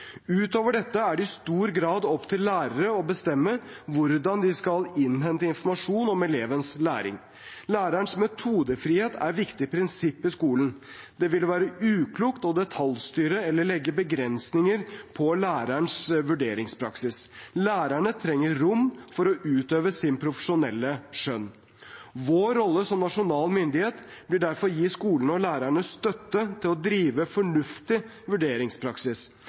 Utover dette er det i stor grad opp til lærere å bestemme hvordan de skal innhente informasjon om elevenes læring. Lærerens metodefrihet er et viktig prinsipp i skolen. Det vil være uklokt å detaljstyre eller legge begrensninger på lærerens vurderingspraksis. Lærerne trenger rom til å utøve sitt profesjonelle skjønn. Vår rolle som nasjonal myndighet blir derfor å gi skolene og lærerne støtte til å drive fornuftig vurderingspraksis.